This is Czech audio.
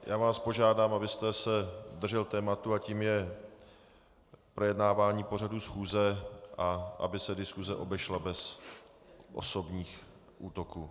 Já vás požádám, abyste se držel tématu, a tím je projednávání pořadu schůze, a aby se diskuse obešla bez osobních útoků.